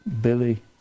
Billy